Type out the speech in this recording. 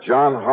John